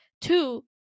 Two